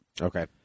Okay